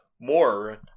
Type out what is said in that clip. more